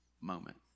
moment